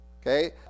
Okay